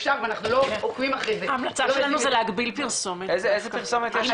איזה פרסומת יש,